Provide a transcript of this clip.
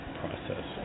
process